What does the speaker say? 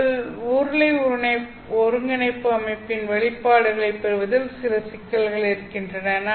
உருளை ஒருங்கிணைப்பு அமைப்பின் வெளிப்பாடுகளை பெறுவதில் சில சிக்கல்கள் இருக்கிறது